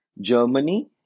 Germany